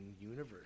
universe